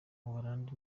buholandi